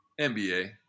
NBA